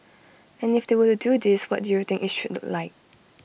and if they were to do this what do you think IT should look like